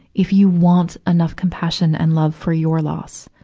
if you want enough compassion and love for your loss,